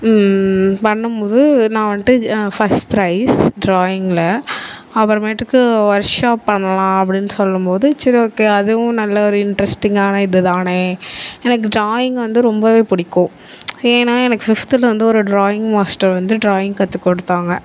பண்ணும் போது நான் வந்துட்டு இது ஃபர்ஸ்ட் பிரைஸ் டிராயிங்கில் அப்புறமேட்டுக்கு ஒர்க் ஷாப் பண்ணலாம் அப்படின் சொல்லும்போது சரி ஓகே அதுவும் நல்ல ஒரு இன்ட்ரெஸ்ட்டிங்கான இது தானே எனக்கு டிராயிங் வந்து ரொம்பவே பிடிக்கும் ஏன்னால் எனக்கு ஃபிஃப்த்தில் வந்து ஒரு டிராயிங் மாஸ்டர் வந்து டிராயிங் கற்றுக் கொடுத்தாங்க